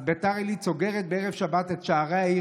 אז ביתר עילית סוגרת בערב שבת את שערי העיר